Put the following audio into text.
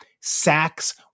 sacks